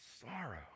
sorrow